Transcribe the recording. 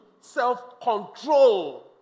self-control